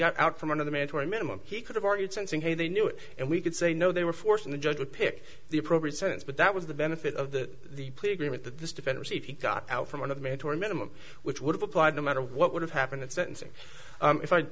got out from under the mandatory minimum he could've argued sensing hey they knew it and we could say no they were forcing the judge would pick the appropriate sentence but that was the benefit of the the plea agreement that this dependency if he got out from under me to a minimum which would have applied no matter what would have happened at sentencing if i